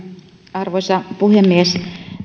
arvoisa puhemies